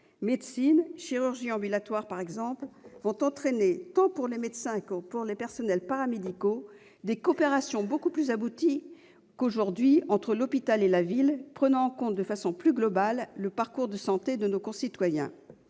médecine et en chirurgie ambulatoire par exemple, vont entraîner tant pour les médecins que pour les personnels paramédicaux des coopérations beaucoup plus abouties qu'aujourd'hui entre l'hôpital et la ville. Le parcours de santé de nos concitoyens